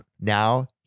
Now